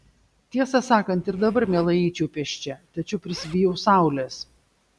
tiesą sakant ir dabar mielai eičiau pėsčia tačiau prisibijau saulės